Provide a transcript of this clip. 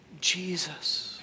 Jesus